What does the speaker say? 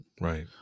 Right